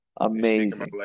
Amazing